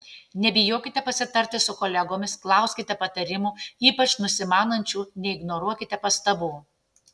nebijokite pasitarti su kolegomis klauskite patarimų ypač nusimanančių neignoruokite pastabų